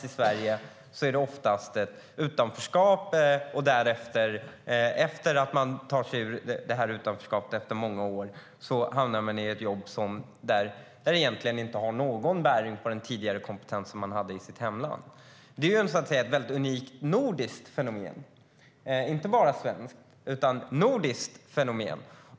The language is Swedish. I Sverige hamnar de oftast i utanförskap, och när de efter många år tar sig ur utanförskapet hamnar de i jobb som egentligen inte har någon bäring på den kompetens som de hade i sitt hemland. Detta är ett unikt nordiskt fenomen - inte bara svenskt utan nordiskt.